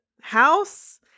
house